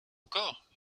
encore